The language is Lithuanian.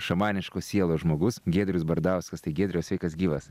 šamaniškos sielos žmogus giedrius bardauskas tai giedriau sveikas gyvas